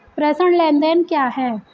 प्रेषण लेनदेन क्या है?